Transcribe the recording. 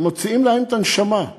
מוציאים להם את הנשמה.